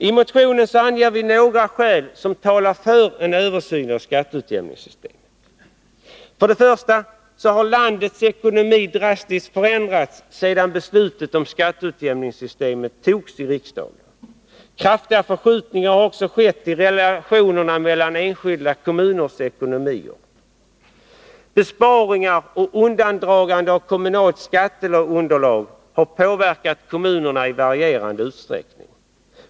I motionen anger vi några skäl som talar för en översyn av skatteutjämningssystemet. Först och främst har landets ekonomi drastiskt förändrats sedan beslutet om skatteutjämningssystemet togs i riksdagen. Kraftiga förskjutningar har också skett i relationerna mellan enskilda kommuners ekonomier. Besparingar och undandragande av kommunalt skatteunderlag har påverkat kommunerna i varierande utsträckning.